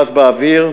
זה כרגע "באז" באוויר.